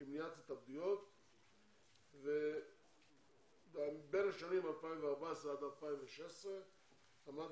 למניעת התאבדויות ובין השנים 2014 עד 2016 עמד